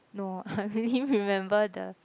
no I only remember the